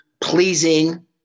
pleasing